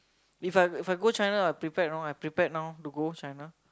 If I If I go China I prepared you know I prepared now to go China